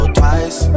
twice